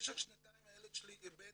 במשך שנתיים הילד שלי איבד